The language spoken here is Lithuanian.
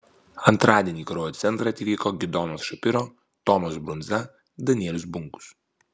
antradienį į kraujo centrą atvyko gidonas šapiro tomas brundza danielius bunkus